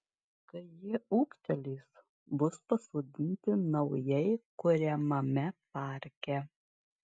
kai jie ūgtelės bus pasodinti naujai kuriamame parke